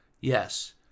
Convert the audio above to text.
yes